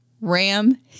Ram